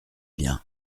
bien